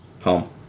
home